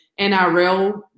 NRL